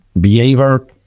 behavior